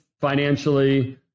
financially